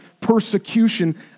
persecution